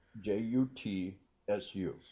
J-U-T-S-U